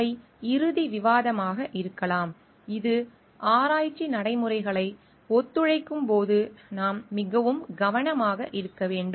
இவை இறுதி விவாதமாக இருக்கலாம் இது ஆராய்ச்சி நடைமுறைகளை ஒத்துழைக்கும் போது நாம் மிகவும் கவனமாக இருக்க வேண்டும்